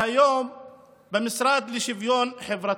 והיום במשרד לשוויון חברתי.